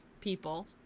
people